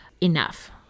enough